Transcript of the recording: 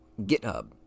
github